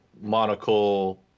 monocle